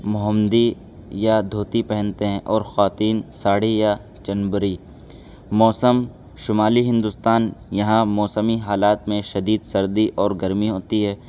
مہمدی یا دھوتی پہنتے ہیں اور خواتین ساڑی یا چنبری موسم شمالی ہندوستان یہاں موسمی حالات میں شدید سردی اور گرمی ہوتی ہے